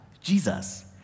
Jesus